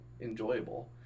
enjoyable